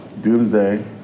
Doomsday